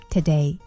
Today